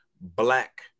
black